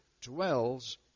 dwells